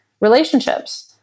relationships